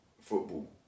football